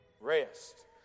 rest